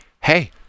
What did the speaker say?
hey